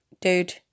dude